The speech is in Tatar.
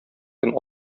көн